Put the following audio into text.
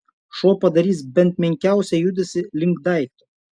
šuo padarys bent menkiausią judesį link daikto